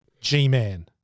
G-Man